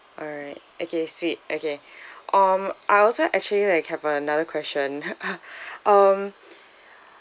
alright okay sweet okay um I also actually like have another question um